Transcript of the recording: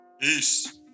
Peace